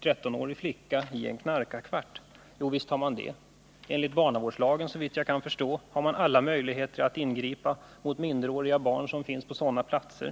13-årig flicka i en knarkarkvart? Jovisst har han det. Enligt barnavårdslagen har polisen såvitt jag kan förstå alla möjligheter att ingripa mot minderåriga barn som finns på sådana platser.